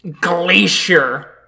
glacier